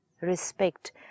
respect